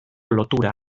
lotura